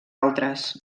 altres